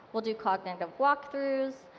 we'll do cognitive walk throughs,